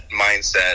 mindset